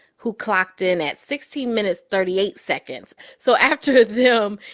who clocked in at sixteen minutes, thirty eight seconds. so after them,